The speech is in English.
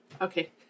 Okay